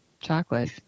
chocolate